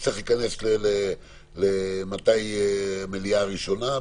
תצטרך להיכנס לשאלה מתי המליאה הראשונה,